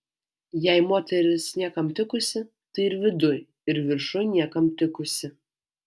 jei moteris niekam tikusi tai ir viduj ir viršuj niekam tikusi